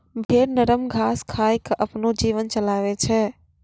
भेड़ नरम घास खाय क आपनो जीवन चलाबै छै